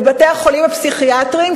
לבתי-החולים הפסיכיאטריים,